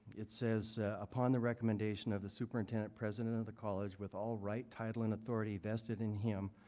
it says upon the recommendation of the superintendent president of the college with all right, title, and authority vested in him,